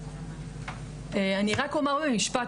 אני רק אומר משפט,